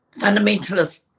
fundamentalist